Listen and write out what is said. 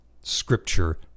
scripture